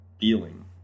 feeling